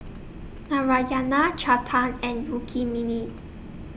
Narayana Chetan and Rukmini